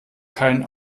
kein